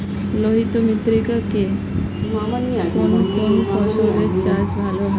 লোহিত মৃত্তিকা তে কোন কোন ফসলের চাষ ভালো হয়?